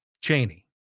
Cheney